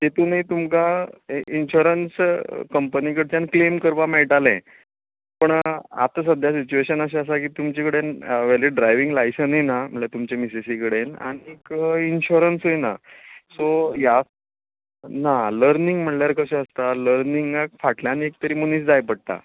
ते तुमी तुमकां इनशुरंस कंपनी कडच्यान क्लेम करपा मेळटालें पूण आतां सद्द्या सिच्युएशन अशें आसा की तुमचे कडेन वॅलीड ड्रायव्हींग लायसनय ना म्हणल्या तुमचे मिसेसी कडेन आनीक इनशुरंसय ना सो ह्या ना लर्नींग म्हणल्यार कशें आसता लर्निंगाक फाटल्यान एक तरी मनीस जाय पडटा